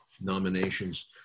nominations